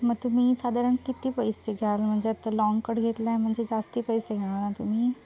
मग तुम्ही साधारण किती पैसे घ्याल म्हणजे आत्ता लाँगकट घेतला आहे म्हणजे जास्ती पैसे घेणार ना तुम्ही